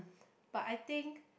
but I think